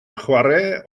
chwarae